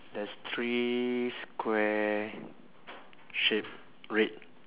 there's three square shape red